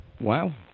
Wow